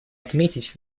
отметить